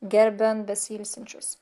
gerbiant besiilsinčius